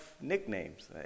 nicknames